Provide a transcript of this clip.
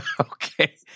Okay